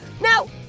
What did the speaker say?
Now